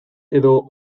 edo